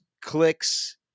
clicks